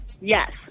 Yes